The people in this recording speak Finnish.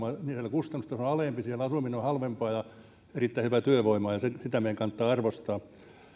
kustannustaso alempi siellä asuminen on halvempaa ja on erittäin hyvää työvoimaa ja sitä meidän kannattaa arvostaa